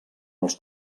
els